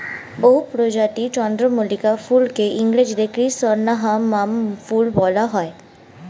বহু প্রজাতির চন্দ্রমল্লিকা ফুলকে ইংরেজিতে ক্রিস্যান্থামাম ফুল বলা হয়